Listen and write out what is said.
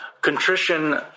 Contrition